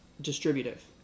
distributive